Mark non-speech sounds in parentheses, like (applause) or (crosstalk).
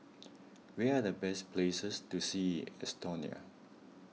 (noise) where're the best places to see in Estonia